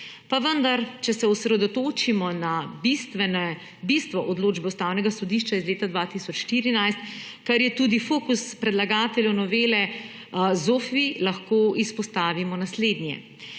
Pa vendar, če se osredotočimo na bistvo odločbe Ustavnega sodišča iz leta 2014, kar je tudi fokus predlagateljev novele ZOFVI, lahko izpostavimo naslednje.